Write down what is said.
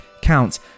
count